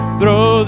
throw